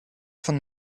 von